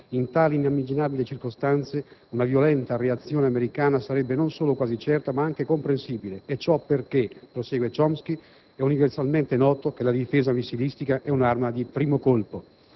In tali inimmaginabili circostanze, una violenta reazione americana sarebbe non solo quasi certa, ma anche comprensibile e ciò perché» - prosegue Chomsky - «è universalmente noto che la difesa missilistica è un'arma di primo colpo».